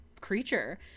creature